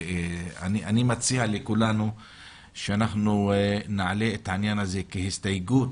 אני מציע לכולנו שאנחנו נעלה את העניין הזה כהסתייגות